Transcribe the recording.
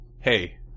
hey